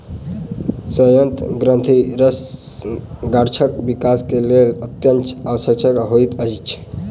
सयंत्र ग्रंथिरस गाछक विकास के लेल अत्यंत आवश्यक होइत अछि